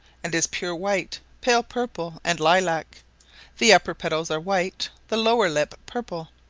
and is pure white, pale purple, and lilac the upper petals are white, the lower lip purple,